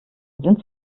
sind